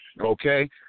okay